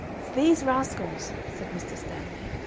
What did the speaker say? it's these rascals, said mr. stanley,